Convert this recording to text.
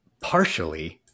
partially